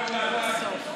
שכרו,